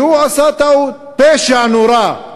והוא עשה טעות, פשע נורא,